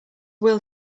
will